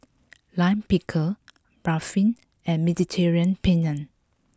Lime Pickle Barfi and Mediterranean Penne